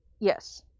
Yes